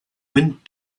went